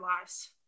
lives